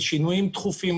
של שינויים תכופים,